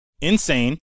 insane